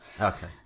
Okay